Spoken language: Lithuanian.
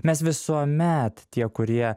mes visuomet tie kurie